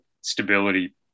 stability